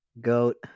Goat